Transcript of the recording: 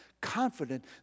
confident